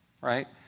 right